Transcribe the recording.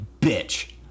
bitch